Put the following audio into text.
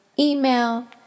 email